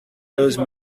those